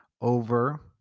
over